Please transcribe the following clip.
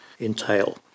entail